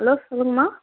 hello சொல்லுங்கம்மா